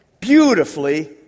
beautifully